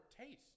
taste